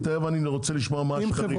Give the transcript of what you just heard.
אני מאמינה לך,